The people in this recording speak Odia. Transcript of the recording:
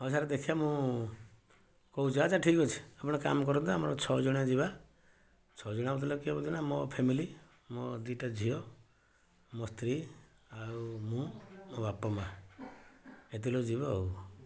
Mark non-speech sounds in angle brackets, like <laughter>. ହଉ ସାର୍ ଦେଖିବା ମୁଁ କହୁଛି ଆଚ୍ଛା ଠିକ୍ ଅଛି ଆପଣ କାମ କରନ୍ତୁ ଆମର ଛଅ ଜଣିଆ ଯିବା ଛଅ ଜଣିଆ ମତଲବ କିଏ <unintelligible> ନା ମୋ ଫ୍ୟାମିଲି ମୋ ଦୁଇଟା ଝିଅ ମୋ ସ୍ତ୍ରୀ ଆଉ ମୁଁ ମୋ ବାପ ମାଆ ଏତିକି ଲୋକ ଯିବେ ଆଉ